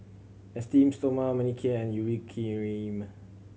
Esteem Stoma Manicare and Urea Cream